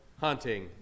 hunting